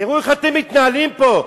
תראו איך אתם מתנהלים פה.